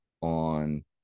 on